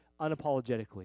unapologetically